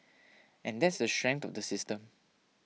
and that's the strength of the system